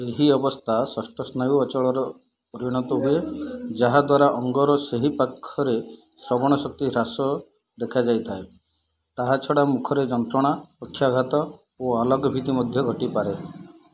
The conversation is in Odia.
ଏହି ଅବସ୍ଥା ଷଷ୍ଠ ସ୍ନାୟୁ ଅଚଳର ପରିଣତ ହୁଏ ଯାହା ଦ୍ୱାରା ଅଙ୍ଗର ସେହି ପାଖରେ ଶ୍ରବଣ ଶକ୍ତି ହ୍ରାସ ଦେଖାଯାଇ ଥାଏ ତାହା ଛଡ଼ା ମୁଖରେ ଯନ୍ତ୍ରଣା ପକ୍ଷାଘାତ ଓ ଆଲୋକ ଭୀତି ମଧ୍ୟ ଘଟିପାରେ